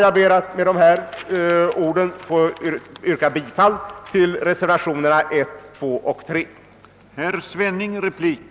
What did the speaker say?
Med dessa ord ber jag att få yrka bifall till reservationerna I, IT och It.